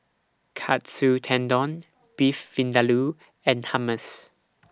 Katsu Tendon Beef Vindaloo and Hummus